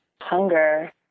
hunger